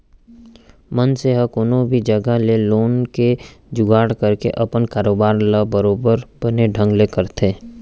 मनसे ह कोनो भी जघा ले लोन के जुगाड़ करके अपन कारोबार ल बरोबर बने ढंग ले करथे